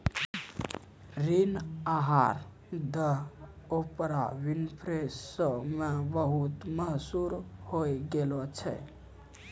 ऋण आहार the Oprah Winfrey show मे बहुते मशहूर होय गैलो छलै